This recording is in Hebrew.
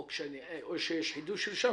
או כשיש חידוש רישיון,